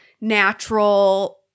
natural